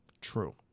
True